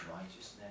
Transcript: righteousness